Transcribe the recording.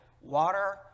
Water